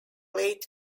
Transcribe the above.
late